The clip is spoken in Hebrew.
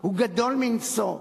הוא גדול מנשוא.